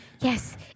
yes